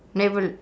never